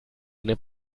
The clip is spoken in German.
eine